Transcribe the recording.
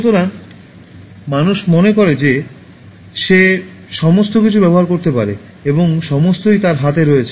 সুতরাং মানুষ মনে করে যে সে সমস্ত কিছু ব্যবহার করতে পারে এবং সমস্তই তার হাতে রয়েছে